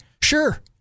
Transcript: Sure